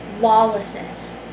lawlessness